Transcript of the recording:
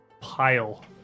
pile